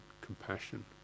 compassion